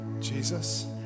Jesus